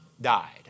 died